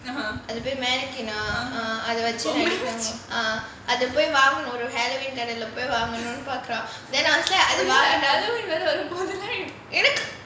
அதுக்கு பெரு:athukku peru uh uh அது வச்சி:athu vachi uh அது போய் வாங்கணும்:athu poi vaanganum halloween கடைக்கு போய் வாங்கணும்னு பாக்குறா:kadaiku poi vaanganumnu paakuraa then obviously I எனக்கு:enakku